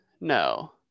No